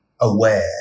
aware